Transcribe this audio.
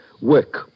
Work